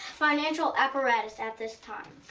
financial apparatus at this time.